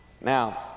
Now